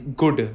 good